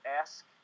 Ask